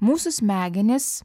mūsų smegenys